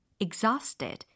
Exhausted